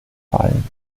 fallen